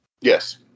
Yes